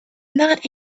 not